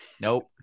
nope